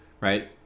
right